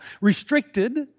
restricted